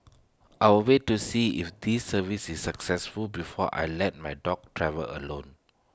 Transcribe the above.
I'll wait to see if this services is successful before I let my dog travel alone